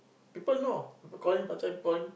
people know people call him